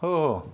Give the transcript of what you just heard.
हो हो